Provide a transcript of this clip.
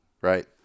right